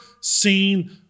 seen